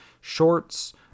shorts